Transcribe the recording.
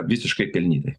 visiškai pelnytai